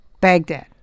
Baghdad